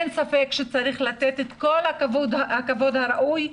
כן, לטפל בהורים שלהם.